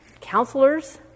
counselors